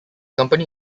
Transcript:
company